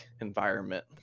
environment